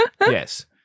Yes